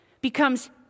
becomes